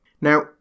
Now